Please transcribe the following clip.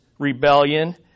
rebellion